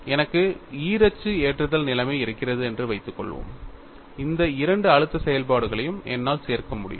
எனக்கு ஈரச்சு ஏற்றுதல் நிலைமை இருக்கிறது என்று வைத்துக்கொள்வோம் இந்த இரண்டு அழுத்த செயல்பாடுகளையும் என்னால் சேர்க்க முடியும்